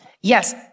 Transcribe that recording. Yes